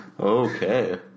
Okay